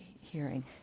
hearing